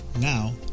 Now